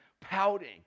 pouting